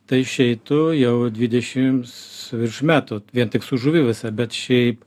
tai išeitų jau dvidešimts metų vien tik su žuvivaisa bet šiaip